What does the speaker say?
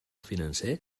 financer